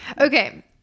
Okay